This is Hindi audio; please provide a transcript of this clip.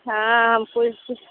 हाँ हम को इस